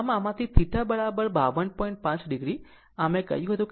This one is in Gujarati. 5 o અને આ મેં કહ્યું તે 30